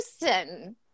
person